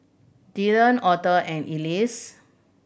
Dylan Auther and Elie